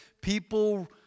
People